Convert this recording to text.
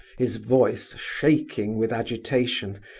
his voice shaking with agitation,